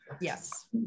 Yes